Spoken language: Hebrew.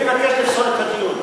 אני מבקש לפסול את הדיון.